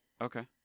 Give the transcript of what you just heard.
Okay